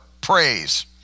praise